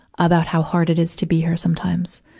about how hard it is to be here sometimes.